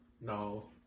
No